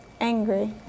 angry